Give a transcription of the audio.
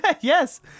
Yes